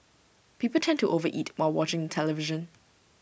people tend to overeat while watching the television